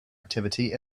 activity